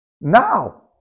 Now